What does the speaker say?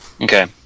Okay